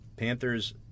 Panthers